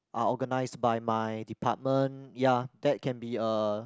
are organised by my department ya that can be a